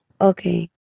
Okay